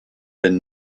been